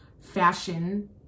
fashion